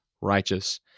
righteous